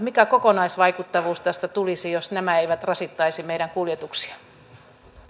mikä kokonaisvaikuttavuus tästä tulisi jos nämä eivät rasittaisi meidän kuljetuksia